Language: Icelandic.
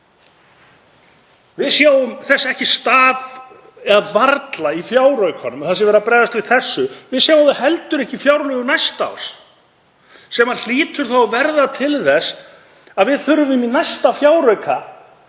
Við sjáum þess ekki stað eða varla í fjáraukanum að þar sé verið að bregðast við þessu. Við sjáum það heldur ekki í fjárlögum næsta árs sem hlýtur þá að verða til þess að við þurfum í næsta fjárauka